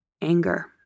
anger